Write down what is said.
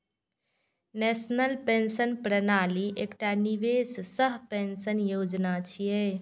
national pension प्रणाली एकटा निवेश सह पेंशन योजना छियै